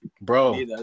bro